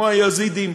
כמו היזידים,